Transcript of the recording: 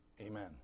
Amen